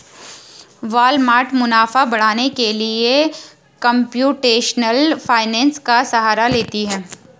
Walmart मुनाफा बढ़ाने के लिए कंप्यूटेशनल फाइनेंस का सहारा लेती है